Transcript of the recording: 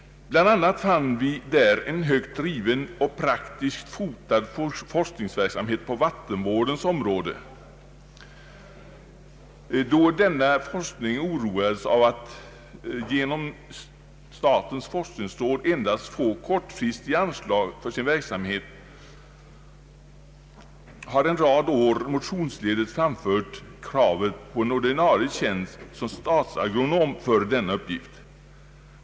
Bland annat fann vi där en högt driven och praktiskt fotad forskningsverksamhet på vattenvårdens område. Då denna forskning oroades av att den genom statens forskningsråd endast fick kortfristiga anslag, har en rad år motionsledes framförts kravet på en ordinarie tjänst som statsagronom för denna uppgift.